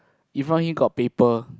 in front him got paper